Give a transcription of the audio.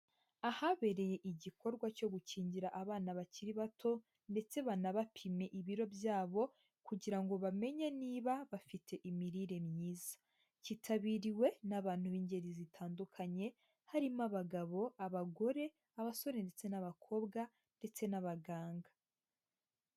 Ahabereye igikorwa cyo gukingira abana bakiri bato, ndetse banabapime ibiro byabo, kugira ngo bamenye niba bafite imirire myiza. Cyitabiriwe n'abantu b'ingeri zitandukanye, harimo abagabo, abagore, abasore ndetse n'abakobwa, ndetse n'abaganga.